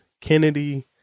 Kennedy